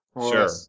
sure